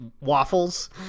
waffles